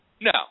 No